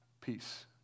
Peace